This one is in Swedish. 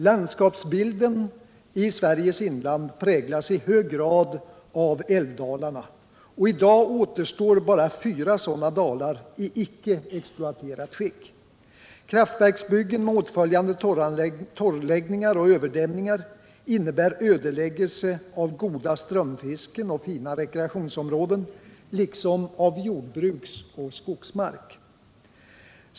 Landskapsbilden i Sveriges inland präglas i hög grad av älvdalarna, och i dag återstår bara fyra sådana dalar i icke-exploaterat skick. Kraftverks = Nr 52 byggen med åtföljande torrläggningar och överdämningar innebär öde Torsdagen den läggelse av goda strömfisken och fina rekreationsområden liksom av jord 15 december 1977 bruksoch skogsmark.